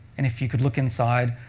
and if you could look inside,